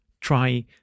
try